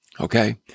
Okay